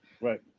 Right